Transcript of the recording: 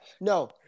No